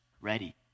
ready